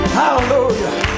hallelujah